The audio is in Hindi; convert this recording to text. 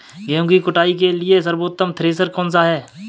गेहूँ की कुटाई के लिए सर्वोत्तम थ्रेसर कौनसा है?